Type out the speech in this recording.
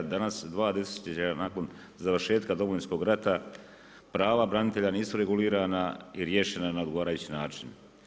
Dana, 2 desetljeća nakon završetka Domovinskog rata, prava branitelja nisu regulirana i riješena na odgovarajući način.